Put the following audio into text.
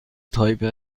تایپه